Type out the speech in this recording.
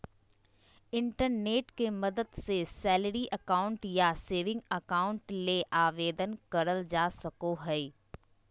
internet के मदद से सैलरी अकाउंट या सेविंग अकाउंट ले आवेदन करल जा सको हय